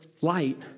light